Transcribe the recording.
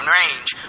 range